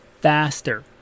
Faster